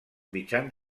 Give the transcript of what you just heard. mitjans